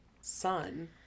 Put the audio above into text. son